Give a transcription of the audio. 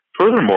Furthermore